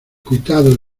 cuitado